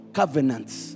covenants